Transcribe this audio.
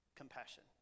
Compassion